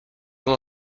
will